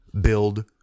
build